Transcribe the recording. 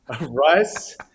rice